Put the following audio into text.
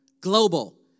global